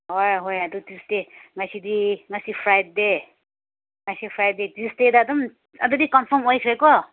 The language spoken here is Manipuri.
ꯍꯣꯏ ꯍꯣꯏ ꯑꯗꯨ ꯇ꯭ꯌꯨꯁꯗꯦ ꯉꯁꯤꯗꯤ ꯉꯁꯤ ꯐ꯭ꯔꯥꯏꯗꯦ ꯉꯁꯤ ꯐ꯭ꯔꯥꯏꯗꯦ ꯇ꯭ꯌꯨꯁꯗꯦꯗ ꯑꯗꯨꯝ ꯑꯗꯨꯗꯤ ꯀꯟꯐꯥꯝ ꯑꯣꯏꯈ꯭ꯔꯦ ꯀꯣ